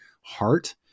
heart